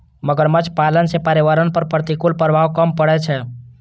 मगरमच्छ पालन सं पर्यावरण पर प्रतिकूल प्रभाव कम पड़ै छै